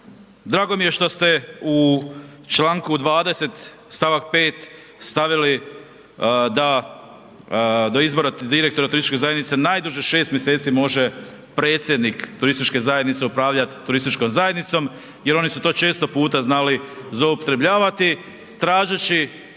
Drago mi je što ste u čl. 20. st. 5. stavili da izabirete direktora turističke zajednice, najduže 6 mjeseci može predsjednik turističke zajednice upravljat turističkom zajednicom jel oni su to često puta znali zloupotrebljavati tražeći